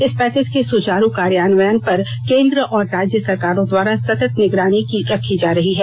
इस पैकेज के सुचारू कार्यान्वयन पर केंद्र और राज्य सरकारों द्वारा सतत निगरानी रखी जा रही है